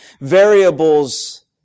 variables